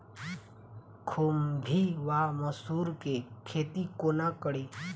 खुम्भी वा मसरू केँ खेती कोना कड़ी?